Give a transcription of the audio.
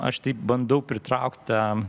aš taip bandau pritraukt tą